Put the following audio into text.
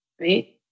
Right